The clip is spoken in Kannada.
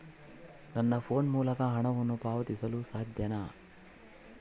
ನನ್ನ ಫೋನ್ ಮೂಲಕ ಹಣವನ್ನು ಪಾವತಿಸಲು ಸಾಧ್ಯನಾ?